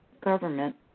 government